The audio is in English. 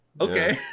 okay